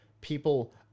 people